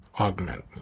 augment